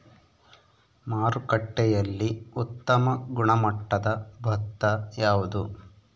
ಮಾರುಕಟ್ಟೆಯಲ್ಲಿ ಉತ್ತಮ ಗುಣಮಟ್ಟದ ಭತ್ತ ಯಾವುದು?